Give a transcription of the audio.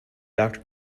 doctor